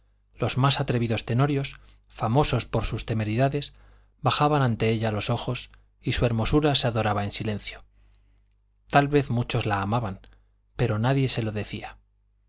los más atrevidos tenorios famosos por sus temeridades bajaban ante ella los ojos y su hermosura se adoraba en silencio tal vez muchos la amaban pero nadie se lo decía